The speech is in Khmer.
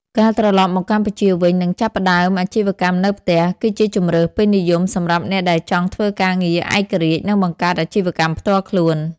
ការត្រឡប់មកកម្ពុជាវិញ និងចាប់ផ្តើមអាជីវកម្មនៅផ្ទះ គឺជាជម្រើស ពេញនិយមសម្រាប់អ្នកដែលចង់ធ្វើការឯករាជ្យ និងបង្កើតអាជីវកម្មផ្ទាល់ខ្លួន។